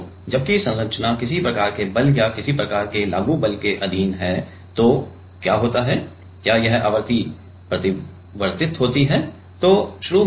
तो जबकि संरचना किसी प्रकार के बल या किसी प्रकार के लागू बल के अधीन है तो क्या होता है क्या यह आवृत्ति परिवर्तित होती है